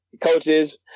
coaches